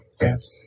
Yes